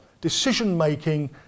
decision-making